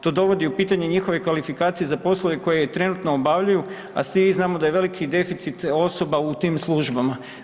To dovodi u pitanje njihove kvalifikacije za poslove koje trenutno obavljaju, a svi znamo da je veliki deficit osoba u tim službama.